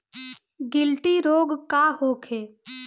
गिलटी रोग का होखे?